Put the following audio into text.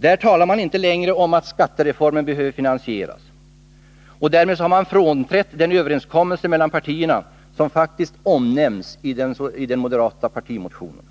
Där talar maninte längre om att skattereformen behöver finansieras. Därmed har man frånträtt den överenskommelse mellan partierna som faktiskt omnämns i den moderata partimotionen.